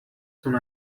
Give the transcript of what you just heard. soon